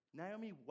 naomi